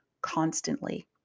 constantly